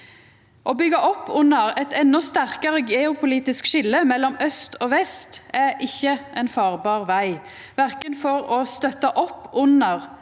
Å byggja opp under eit endå sterkare geopolitisk skilje mellom aust og vest er ikkje ein farbar veg, verken for å støtta opp under